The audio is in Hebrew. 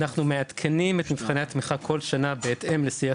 אנחנו מעדכנים את מבחני התמיכה כל שנה בהתאם לשיח